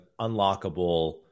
unlockable